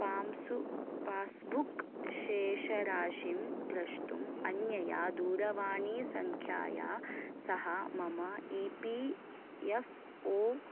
पाम्सु passbook शेषराशिं द्रष्टुम् अन्यया दूरवाणी सङ्ख्याया सह मम ई पी एफ़् ओ